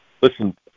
listen